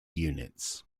units